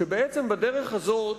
שבדרך הזאת